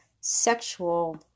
sexual